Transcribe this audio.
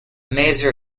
maser